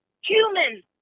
human